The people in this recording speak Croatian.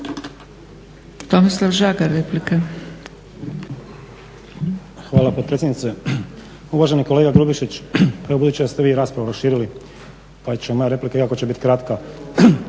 Tomislav (SDP)** Hvala potpredsjednice. Uvaženi kolega Grubišić, evo budući da ste vi raspravu proširili pa će i moja replika, iako će biti kratka,